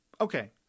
Okay